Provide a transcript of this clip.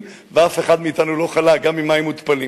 ואף אחד מאתנו לא חלה גם ממים מותפלים.